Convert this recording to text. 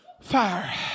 fire